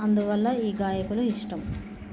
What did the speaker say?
అందువల్ల ఈ గాయకులు ఇష్టం